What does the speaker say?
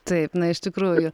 taip na iš tikrųjų